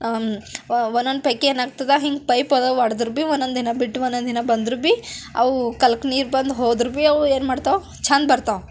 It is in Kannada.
ಒಂದ್ ಒಂದ್ ಪೈಕಿ ಏನಾಗ್ತದೆ ಹೀಗೆ ಪೈಪ್ ಅದು ಒಡ್ದ್ರ ಭಿ ಒಂದೊಂದು ದಿನ ಬಿಟ್ಟು ಒಂದ್ ಒಂದ್ ದಿನ ಬಂದರೂ ಭಿ ಅವು ಕಲ್ಕ ನೀರು ಬಂದು ಹೋದರು ಭಿ ಅವು ಏನು ಮಾಡ್ತಾವ ಚಂದ ಬರ್ತಾವ